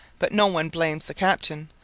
but no one blames the captain,